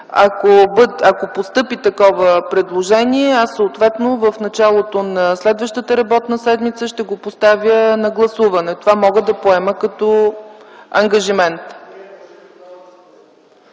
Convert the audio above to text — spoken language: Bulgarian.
ако постъпи такова предложение, аз съответно в началото на следващата работна седмица ще го поставя на гласуване. Това мога да поема като ангажимент.